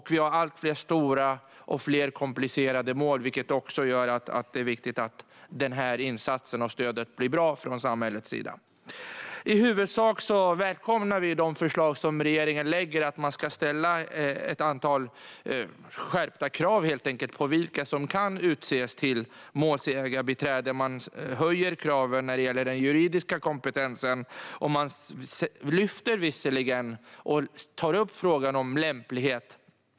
Vi har allt fler stora och komplicerade mål, vilket också gör det viktigt att insatsen och stödet blir bra från samhällets sida. I huvudsak välkomnar vi de förslag som regeringen lägger fram att man ska ställa ett antal skärpta krav på vilka som kan utses till målsägandebiträden. Man höjer kraven när det gäller den juridiska kompetensen. Man lyfter upp frågan om lämplighet.